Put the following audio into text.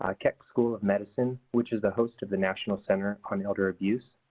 ah keck school of medicine which is the host of the national center on elder abuse.